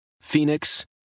Phoenix